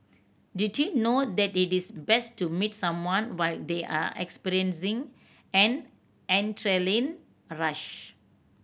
did you know that it is best to meet someone while they are experiencing an adrenaline a rush